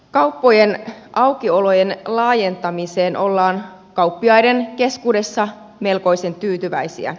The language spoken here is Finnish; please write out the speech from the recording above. kauppojen aukiolojen laajentamiseen ollaan kauppiaiden keskuudessa melkoisen tyytyväisiä